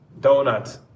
donut